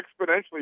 exponentially